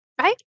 right